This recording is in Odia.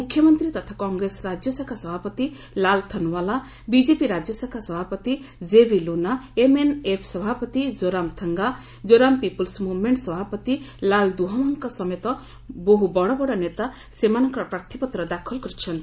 ମୁଖ୍ୟମନ୍ତ୍ରୀ ତଥା କଂଗ୍ରେସ ରାଜ୍ୟଶାଖା ସଭାପତି ଲାଲ୍ ଥନ୍ୱାଲା ବିଜେପି ରାଜ୍ୟଶାଖା ସଭାପତି କେବି ଲୁନା ଏମ୍ଏନ୍ଏଫ୍ ସଭାପତି Zoramthanga Zoram people's movement ସଭାପତି ଲାଲ୍ଦୁହୋମାଙ୍କ ସମେତ ବହୁ ବଡ଼ ବଡ଼ ନେତା ସେମାନଙ୍କର ପ୍ରାର୍ଥୀପତ୍ର ଦାଖଲ କରିଛନ୍ତି